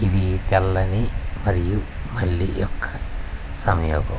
ఇది తెల్లని మరియు మల్లి యొక్క సమయోహం